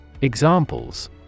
Examples